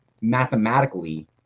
mathematically